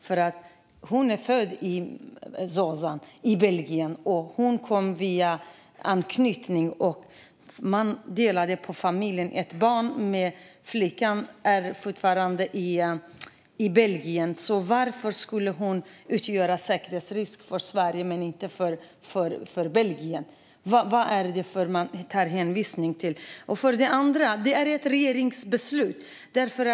Zozan är född i Belgien, och hon kom via anknytning. Man delade på familjen. Ett barn, flickan, är fortfarande i Belgien. Varför skulle hon utgöra en säkerhetsrisk för Sverige men inte för Belgien? Vad är det man tar hänsyn till? Det här är ett regeringsbeslut.